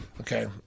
Okay